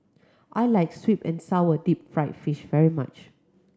I like sweet and sour deep fried fish very much